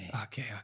okay